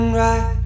right